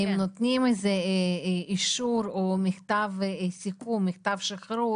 נותנים איזה שהוא אישור או מכתב סיכום, מכתב שחרור